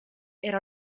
era